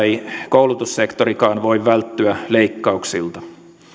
koulutussektorikaan voi välttyä leikkauksilta